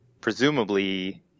presumably